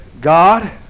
God